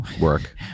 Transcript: work